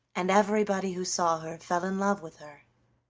and everybody who saw her fell in love with her.